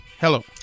Hello